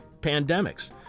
pandemics